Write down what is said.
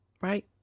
right